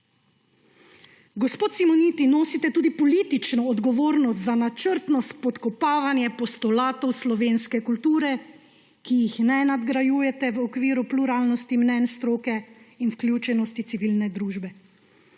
Gospod Simoniti, nosite tudi politično odgovornost za načrtno spodkopavanje postulatov slovenske kulture, ki jih ne nadgrajujete v okviru pluralnosti mnenj stroke in vključenosti civilne družbe.